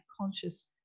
conscious